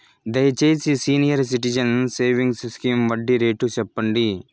దయచేసి senior citizens savings scheme వడ్డీ rate సెప్పండి